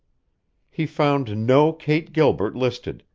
he found no kate gilbert listed,